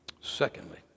Secondly